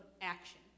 action